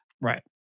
Right